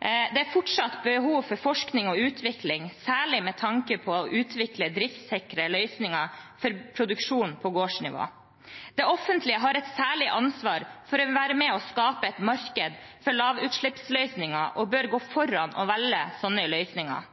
Det er fortsatt behov for forskning og utvikling, særlig med tanke på å utvikle driftssikre løsninger for produksjon på gårdsnivå. Det offentlige har et særlig ansvar for å være med og skape et marked for lavutslippsløsninger og bør gå foran og velge slike løsninger.